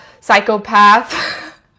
psychopath